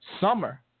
summer